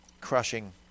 crushing